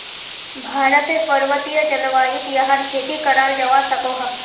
भारतेर पर्वतिये जल्वायुत याहर खेती कराल जावा सकोह